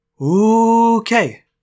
Okay